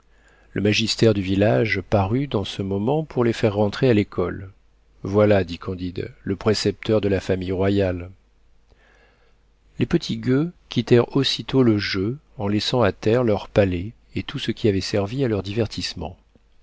le magister du village parut dans ce moment pour les faire rentrer à l'école voilà dit candide le précepteur de la famille royale les petits gueux quittèrent aussitôt le jeu en laissant à terre leurs palets et tout ce qui avait servi à leurs divertissements